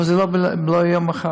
אבל זה לא יהיה מחר.